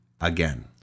again